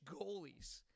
goalies